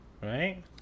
right